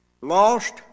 lost